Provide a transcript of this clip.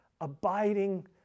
abiding